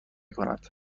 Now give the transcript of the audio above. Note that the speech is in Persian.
کند